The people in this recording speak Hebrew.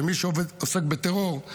ומי שעוסק בטרור,